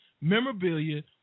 memorabilia